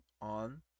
on